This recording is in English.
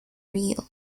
reel